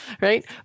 right